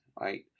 right